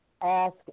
ask